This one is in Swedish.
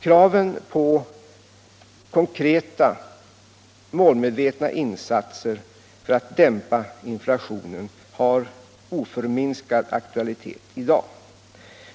Kraven på konkreta, målmedvetna insatser för att dämpa inflationen har oförminskad aktualitet i dag.